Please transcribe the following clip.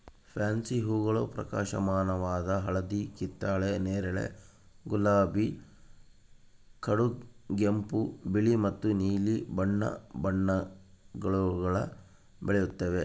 fancy ಹೂಗಳು ಪ್ರಕಾಶಮಾನವಾದ ಹಳದಿ ಕಿತ್ತಳೆ ನೇರಳೆ ಗುಲಾಬಿ ಕಡುಗೆಂಪು ಬಿಳಿ ಮತ್ತು ನೀಲಿ ಬಣ್ಣ ಬಣ್ಣಗುಳಾಗ ಬೆಳೆಯುತ್ತವೆ